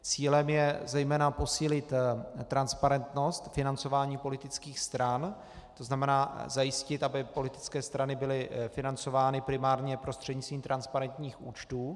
Cílem je zejména posílit transparentnost financování politických stran, to znamená zajistit, aby politické strany byly financovány primárně prostřednictvím transparentních účtů.